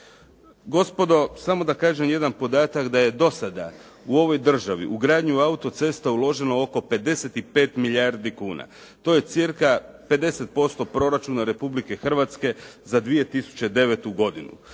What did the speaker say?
Gospodo, samo da kažem jedan podatak da je do sada u ovoj državi u gradnju autocesta uloženo oko 55 milijardi kuna. To je cca 50% proračuna Republike Hrvatske za 2009. godinu.